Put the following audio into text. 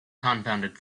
confounded